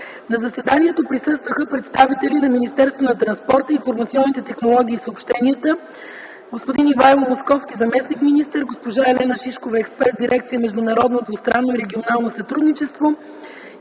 На заседанието присъстваха представители на Министерството на транспорта, информационните технологии и съобщенията: господин Ивайло Московски – заместник-министър, госпожа Елена Шишкова – експерт в дирекция „Международно двустранно и регионално сътрудничество”,